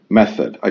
method